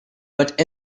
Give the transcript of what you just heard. but